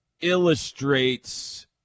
illustrates